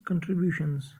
contributions